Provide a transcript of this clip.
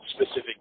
specific